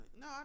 No